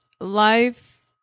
life